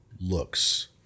looks